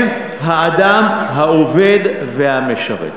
הם האדם העובד והמשרת.